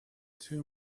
two